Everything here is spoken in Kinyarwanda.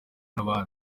n’abandi